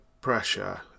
pressure